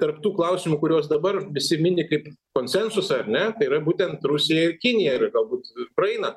tarp tų klausimų kuriuos dabar visi mini kaip konsensusą ar ne tai yra būtent rusija ir kinija ir galbūt praeina